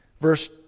verse